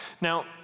Now